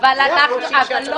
כי לא שינו להם את הבחינה.